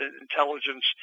intelligence